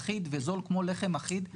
אחיד וזול כמו לחם אחיד,